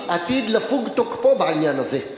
גם ביבי, עתיד לפוג תוקפו בעניין הזה.